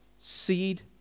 Seed